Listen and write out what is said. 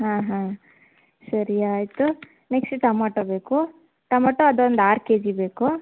ಹಾಂ ಹಾಂ ಸರಿ ಆಯಿತು ನೆಕ್ಸ್ಟ್ ಟೊಮ್ಯಾಟೊ ಬೇಕು ಟೊಮ್ಯಾಟೊ ಅದೊಂದು ಆರು ಕೆ ಜಿ ಬೇಕು